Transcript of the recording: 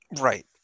Right